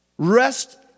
Rest